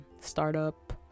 Startup